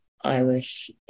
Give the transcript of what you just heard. Irish